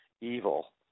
evil